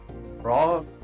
raw